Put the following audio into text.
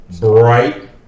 Bright